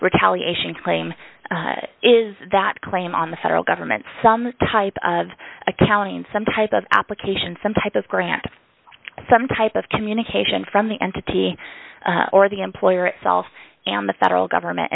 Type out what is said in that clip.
retaliation claim is that claim on the federal government some type of accounting some type of application some type of grant some type of communication from the entity or the employer itself and the federal government